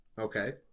Okay